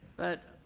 but,